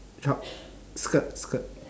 trou~ skirt skirt